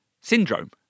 syndrome